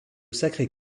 sacré